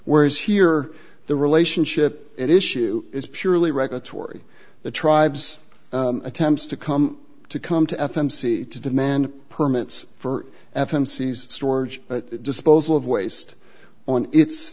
whereas here the relationship issue is purely regulatory the tribes attempts to come to come to f m c to demand permits for f m c storage disposal of waste on it's